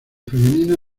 femenina